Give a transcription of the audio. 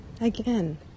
again